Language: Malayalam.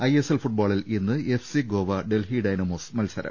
ഐഎസ്എൽ ഫുട്ബോളിൽ ഇന്ന് എഫ്സി ഗോവ ഡൽഹി ഡൈനാമോസ് മത്സരം